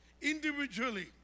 individually